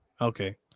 Okay